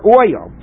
oil